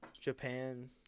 Japan